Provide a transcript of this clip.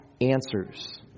answers